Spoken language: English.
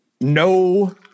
no